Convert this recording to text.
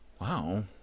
wow